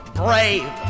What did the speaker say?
brave